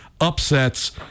upsets